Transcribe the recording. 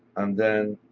and then,